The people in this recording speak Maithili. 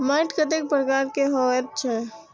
मैंट कतेक प्रकार के होयत छै?